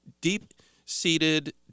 deep-seated